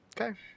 okay